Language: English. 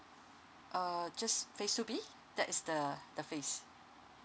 uh just phase two B that is the the phase